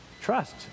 trust